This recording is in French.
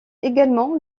également